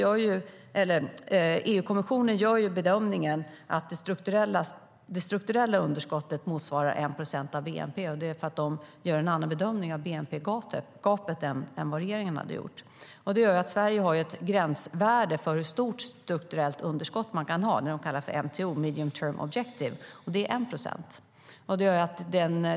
EU-kommissionen gör bedömningen att det strukturella underskottet motsvarar 1 procent av bnp, och det är för att de gör en annan bedömning av bnp-gapet än vad regeringen hade gjort. Det gör att Sverige har ett gränsvärde för hur stort strukturellt underskott man kan ha - det kallas MTO, medium term objective - som ligger på 1 procent.